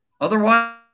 Otherwise